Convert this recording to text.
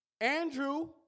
Andrew